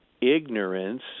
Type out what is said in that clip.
ignorance